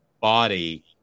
body